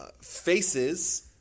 faces